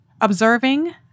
Observing